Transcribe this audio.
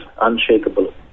unshakable